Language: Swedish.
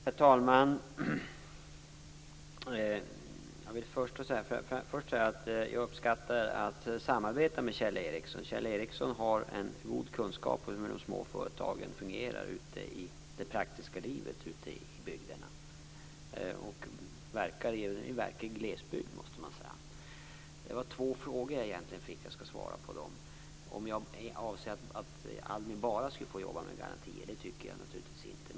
Herr talman! Jag vill först säga att jag uppskattar att samarbeta med Kjell Ericsson. Kjell Ericsson har en god kunskap om hur de små företagen fungerar i det praktiska livet ute i bygderna, och han verkar i en verklig glesbygd, måste man säga. Jag fick egentligen två frågor. Jag skall svara på dem. Den ena frågan gällde om jag anser att ALMI bara skulle få jobba med garantier. Det tycker jag naturligtvis inte.